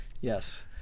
Yes